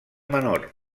menor